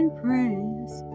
praise